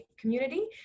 community